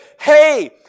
Hey